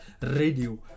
radio